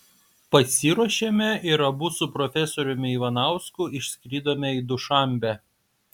pasiruošėme ir abu su profesoriumi ivanausku išskridome į dušanbę